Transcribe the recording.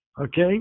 Okay